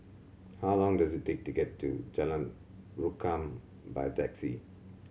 how long does it take to get to Jalan Rukam by taxi